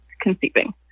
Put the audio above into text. conceiving